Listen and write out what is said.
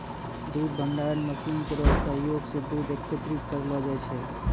दूध भंडारण मसीन केरो सहयोग सें दूध एकत्रित करलो जाय छै